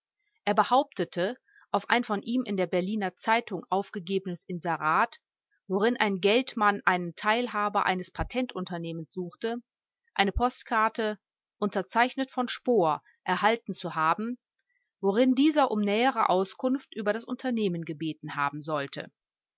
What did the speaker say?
er behauptete auf ein von ihm in der berliner zeitung aufgegebenes inserat worin ein geldmann einen teilhaber eines patent unternehmens suchte eine postkarte unterzeichnet von spohr erhalten zu haben worin dieser um nähere auskunft über das unternehmen gebeten haben sollte